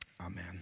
Amen